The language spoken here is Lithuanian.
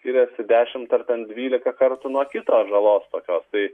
skirias dešimt ar bent dvylika kartų nuo kito žalos tokios tai